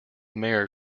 mare